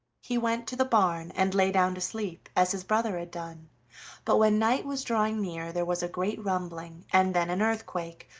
he went to the barn and lay down to sleep, as his brother had done but when night was drawing near there was a great rumbling, and then an earthquake,